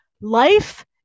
Life